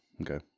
okay